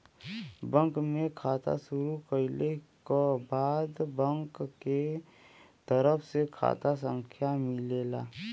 bank में खाता शुरू कइले क बाद बैंक के तरफ से खाता संख्या मिलेला